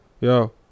Yo